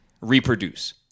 reproduce